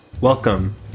Welcome